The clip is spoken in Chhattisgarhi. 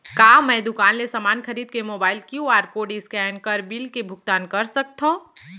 का मैं दुकान ले समान खरीद के मोबाइल क्यू.आर कोड स्कैन कर बिल के भुगतान कर सकथव?